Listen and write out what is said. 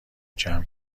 جمع